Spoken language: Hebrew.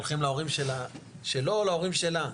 הולכים להורים שלו או להורים שלה.